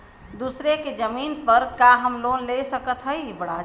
दूसरे के जमीन पर का हम लोन ले सकत हई?